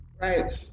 right